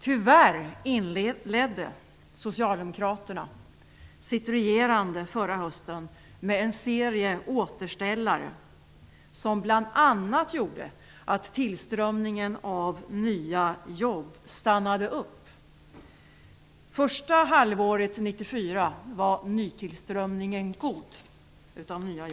Tyvärr inledde Socialdemokraterna sitt regerande förra hösten med en serie återställare som bl.a. gjorde att tillströmningen av nya jobb stannade upp. Första halvåret 1994 var nytillströmningen av jobb god.